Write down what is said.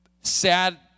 sad